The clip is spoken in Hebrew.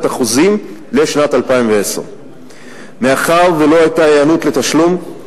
החוזים לשנת 2010. מאחר שלא היתה היענות לתשלום,